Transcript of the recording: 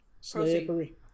Slippery